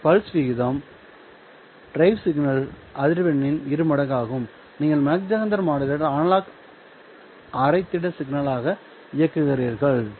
எனவே பல்ஸ் விகிதம் டிரைவ் சிக்னலின் அதிர்வெண்ணின் இரு மடங்காகும் நீங்கள் மாக் ஜெஹெண்டர் மாடுலேட்டரை அனலாக் அரை திட சிக்னலாக இயக்குகிறீர்கள்